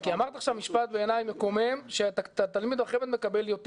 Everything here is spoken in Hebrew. כי אמרת עכשיו משפט בעיני מקומם שתלמיד בחמ"ד מקבל יותר.